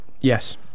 Yes